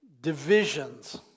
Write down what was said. divisions